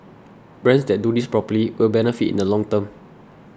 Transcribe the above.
brands that do this properly will benefit in the long term